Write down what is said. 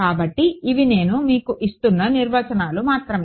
కాబట్టి ఇవి నేను మీకు ఇస్తున్న నిర్వచనాలు మాత్రమే